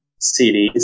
CDs